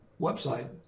website